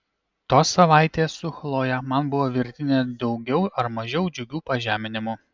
tos savaitės su chloje man buvo virtinė daugiau ar mažiau džiugių pažeminimų